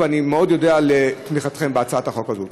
ואני מאוד אודה על תמיכתכם בהצעת החוק הזאת.